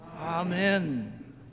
amen